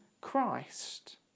Christ